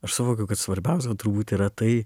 aš suvokiu kad svarbiausia turbūt yra tai